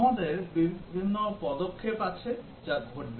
আমাদের বিভিন্ন পদক্ষেপ আছে যা ঘটবে